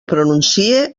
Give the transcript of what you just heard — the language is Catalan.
pronuncie